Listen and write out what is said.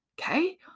Okay